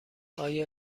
آیا